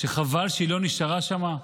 שחבל שהיא לא נשארה שם?